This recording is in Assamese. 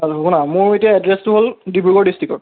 আৰু শুনা মোৰ এতিয়া এড্ৰেছটো হ'ল ডিব্ৰুগড় ডিষ্ট্ৰিকৰ